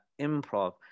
improv